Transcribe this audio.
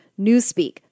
newspeak